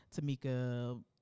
Tamika